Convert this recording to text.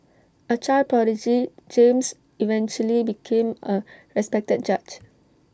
A child prodigy James eventually became A respected judge